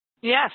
Yes